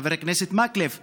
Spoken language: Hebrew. חבר הכנסת מקלב ואתה,